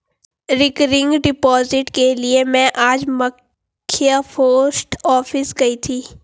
recurring deposit के लिए में आज मख्य पोस्ट ऑफिस गयी थी